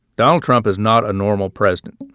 donald trump is not a normal president,